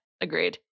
agreed